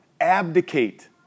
abdicate